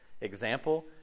example